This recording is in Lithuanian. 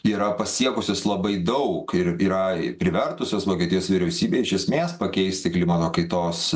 yra pasiekusios labai daug ir yra privertusios vokietijos vyriausybę iš esmės pakeisti klimato kaitos